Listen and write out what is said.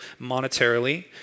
monetarily